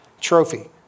trophy